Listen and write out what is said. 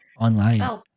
online